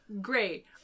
great